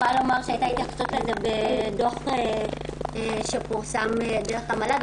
הייתה לזה התייחסות בדוח שפורסם דרך המל"ג,